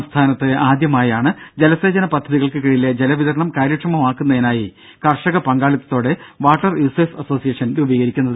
സംസ്ഥാനത്ത് ആദ്യമായാണ് ജലസേചന പദ്ധതികൾക്ക് കീഴിലെ ജലവിതരണം കാര്യക്ഷമമാക്കുന്നതിനായി കർഷക പങ്കാളിത്തതോടെ വാട്ടർ യൂസേഴ്സ് അസോസിയേഷൻ രൂപീകരിക്കുന്നത്